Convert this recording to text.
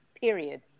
period